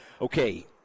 Okay